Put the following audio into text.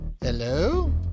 Hello